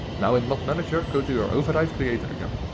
now in mod manager go to your override creator again.